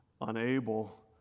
unable